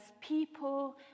people